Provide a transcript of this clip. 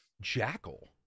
Jackal